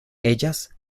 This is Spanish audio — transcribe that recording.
ellas